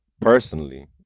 personally